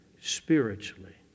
spiritually